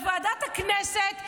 לוועדת הכנסת,